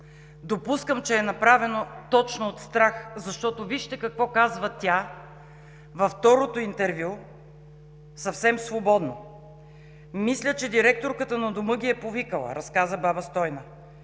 Допускам, че е направено точно от страх, защото вижте какво казва тя във второто интервю, съвсем свободно: „Мисля, че директорката на Дома ги е повикала – разказа баба Стойна.